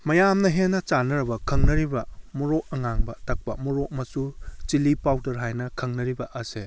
ꯃꯌꯥꯝꯅ ꯍꯦꯟꯅ ꯆꯥꯟꯅꯔꯕ ꯈꯪꯅꯔꯤꯕ ꯃꯣꯔꯣꯛ ꯑꯉꯥꯡꯕ ꯇꯛꯄ ꯃꯣꯔꯣꯛ ꯃꯆꯨ ꯆꯤꯂꯤ ꯄꯥꯎꯗꯔ ꯍꯥꯏꯅ ꯈꯪꯅꯔꯤꯕ ꯑꯁꯦ